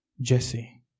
Jesse